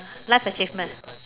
life achievement